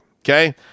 Okay